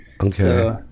Okay